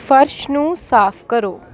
ਫਰਸ਼ ਨੂੰ ਸਾਫ਼ ਕਰੋ